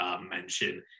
mention